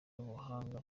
ubuhanga